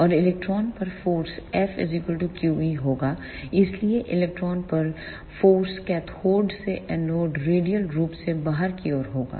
और इलेक्ट्रॉन पर force F q E होगा इसलिए इलेक्ट्रॉन पर फोर्स कैथोड से एनोड रेडियल रूप से बाहर की ओर होगा